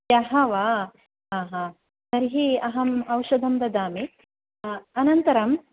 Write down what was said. ह्यः वा हा हा तर्हि अहम् औषधं ददामि अनन्तरम्